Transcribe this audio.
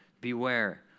Beware